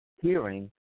hearing